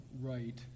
right